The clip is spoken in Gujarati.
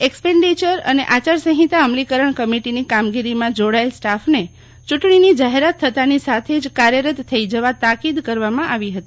એક્ષપેન્ઠેચર અને આચાર સંહિતા અમલીકરણ કમિટીની કામગીરીમાં જોડાયેલ સ્ટાફને યુંટણીની જાહેરાત થતાંની સાથે જ કાર્યરત થઈ જવા તાકીદ કરવામાં આવી હતી